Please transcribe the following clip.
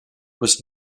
was